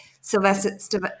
sylvester